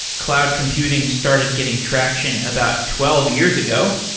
cloud computing started getting traction about twelve years ago.